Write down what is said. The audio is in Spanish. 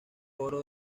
coro